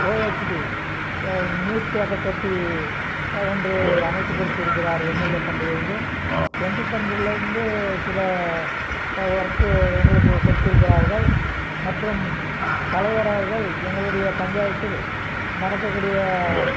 OHT நீர்த்தேக்க தொட்டி ஒன்று அமைத்து கொடுத்திருக்கிறார் எம்எல்ஏ ஃபண்டிலிருந்து எம்பி ஃபண்டிலிருந்து சில ஒர்க்கு எங்களுக்கு கொடுத்து இருக்கிறார்கள் மற்றும் தலைவர் அவர்கள் எங்களுடைய பஞ்சாயத்தில் நடக்கக் கூடிய